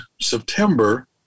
September